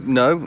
no